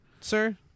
sir